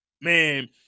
man